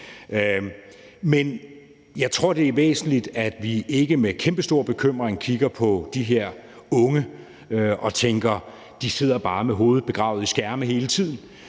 mere. Jeg tror, det er væsentligt, at vi ikke med kæmpestor bekymring kigger på de her unge og tænker, at de bare sidder med hovedet begravet i skærme hele tiden,